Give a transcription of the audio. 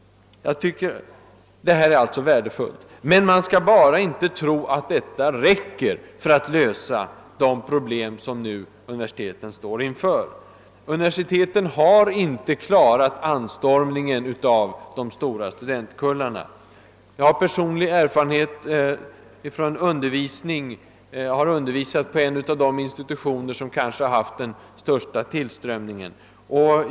Man ; skall bara inte tro att dagens reform räcker för att lösa de problem som universiteten nu står inför. Universiteten har inte klarat anstormningen av de stora studentkullarna. Jag har undervisat på en av de institutioner, som haft den största tillströmningen, så jag har erfarenhet av svårigheterna.